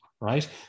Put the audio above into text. right